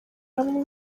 hamwe